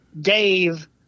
Dave